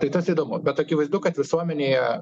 tai tas įdomu bet akivaizdu kad visuomenėje